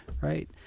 right